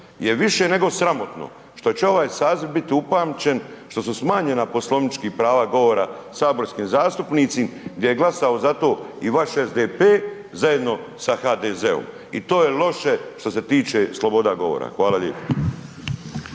je više nego sramotno što će ovaj saziv biti upamćen, što su smanjena poslovnički prava govora saborskim zastupnicima gdje je glasao za to i vaš SDP zajedno sa HDZ-om i to je loše što se tiče sloboda govora. Hvala lijepo.